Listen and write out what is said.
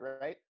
right